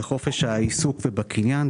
בחופש העיסוק והקניין.